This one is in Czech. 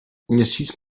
měsíc